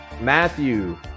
Matthew